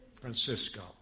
Francisco